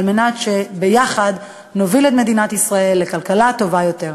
כדי שיחד נוביל את מדינת ישראל לכלכלה טובה יותר.